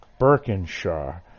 birkinshaw